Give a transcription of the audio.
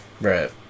Right